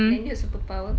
I need a superpower